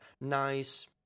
nice